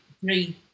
three